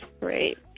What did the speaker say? great